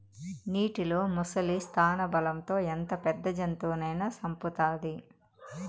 నీటిలో ముసలి స్థానబలం తో ఎంత పెద్ద జంతువునైనా సంపుతాది